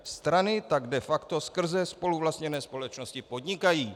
Strany tak de facto skrze spoluvlastněné společnosti podnikají.